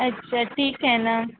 अच्छा ठीक आहे ना